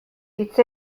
hitz